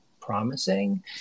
promising